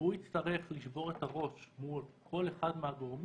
והוא יצטרך לשבור את הראש מול כל אחד מהגורמים,